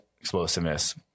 explosiveness